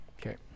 Okay